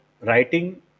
writing